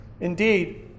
indeed